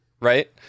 Right